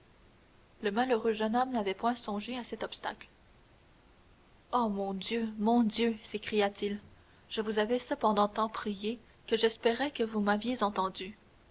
le malheureux jeune homme n'avait point songé à cet obstacle oh mon dieu mon dieu s'écria-t-il je vous avais cependant tant prié que j'espérais que vous m'aviez entendu